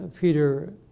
Peter